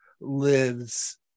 lives